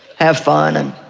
have fun, and